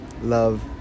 Love